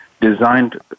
designed